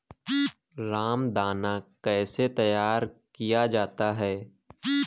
रामदाना कैसे तैयार किया जाता है?